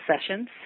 sessions